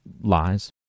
lies